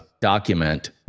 document